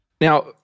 Now